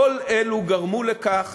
כל אלו גרמו לכך